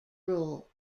rule